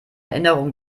erinnerung